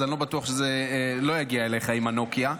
אז זה לא יגיע אליך בנוקיה.